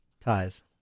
ties